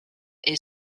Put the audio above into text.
est